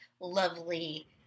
lovely